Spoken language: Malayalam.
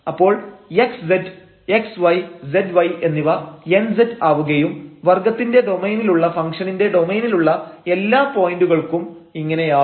അപ്പോൾ x z x y z y എന്നിവ nz ആവുകയും വർഗ്ഗത്തിന്റെ ഡൊമൈനിലുള്ള ഫംഗ്ഷനിന്റെ ഡൊമൈനിലുള്ള എല്ലാ xy പോയിന്റുകൾക്കും ഇങ്ങനെയാവും